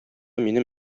минем